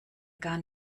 gar